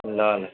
ल ल